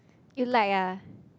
you like ah